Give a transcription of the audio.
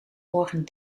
morgen